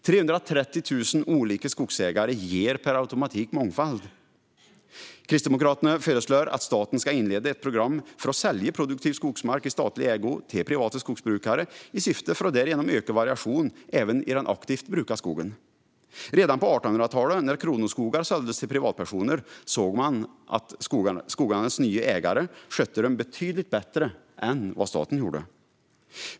330 000 olika skogsägare ger per automatik en mångfald. Kristdemokraterna föreslår att staten ska inleda ett program för att sälja produktiv skogsmark i statlig ägo till privata skogsbrukare i syfte att därigenom öka variationen även i den aktivt brukade skogen. Redan på 1800talet när kronoskogar såldes till privatpersoner såg man att skogarnas nya ägare skötte dem betydligt bättre än vad staten gjorde.